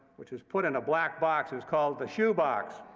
which was put in a black box. it was called the shoe box.